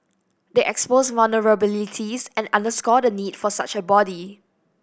they exposed vulnerabilities and underscore the need for such a body